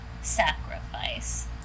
Sacrifice